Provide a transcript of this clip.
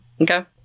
Okay